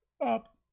up